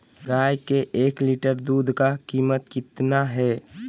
गाय के एक लीटर दूध का कीमत कितना है?